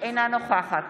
אינה נוכחת